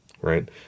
right